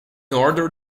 order